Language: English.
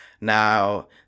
Now